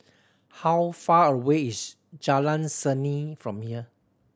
how far away is Jalan Seni from here